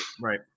Right